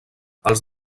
els